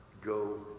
Go